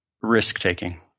Risk-taking